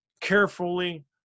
carefully